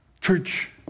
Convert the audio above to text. Church